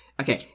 Okay